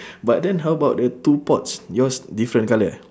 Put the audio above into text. but then how about the two pots yours different colour ah